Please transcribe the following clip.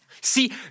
See